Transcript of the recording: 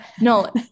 No